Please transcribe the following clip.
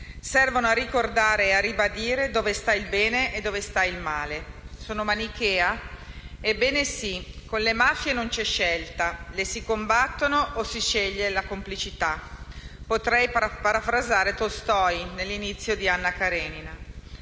Servono a ricordare e a ribadire dove sta il bene e dove sta il male. Sono manichea? Ebbene sì. Con le mafie non c'è scelta: si combattono o si sceglie la complicità. Potrei parafrasare Tolstoj, nell'inizio di Anna Karenina;